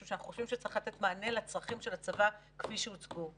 שאנחנו חושבים שצריך לתת מענה לצרכים של הצבא כפי שהוצגו על-ידכם.